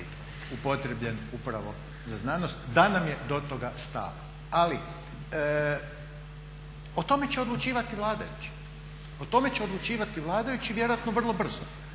upotrijebljen upravo za znanost da nam je do toga stalo. Ali, o tome će odlučivati vladajući i vjerojatno vrlo brzo.